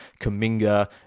Kaminga